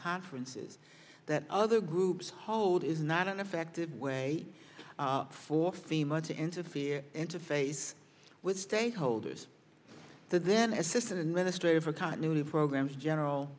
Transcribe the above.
conferences that other groups hold is not an effective way for fema to interfere interface with state holders then assistant administrator for continuity programs general